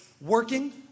working